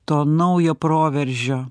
to naujo proveržio